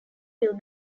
will